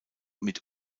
mit